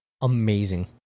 amazing